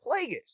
Plagueis